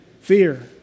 Fear